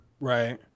right